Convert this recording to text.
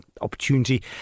opportunity